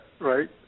right